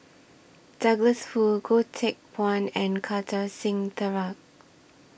Douglas Foo Goh Teck Phuan and Kartar Singh Thakral